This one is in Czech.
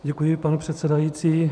Děkuji, pane předsedající.